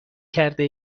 کرده